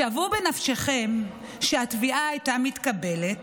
שוו בנפשכם שהתביעה הייתה מתקבלת,